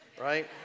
Right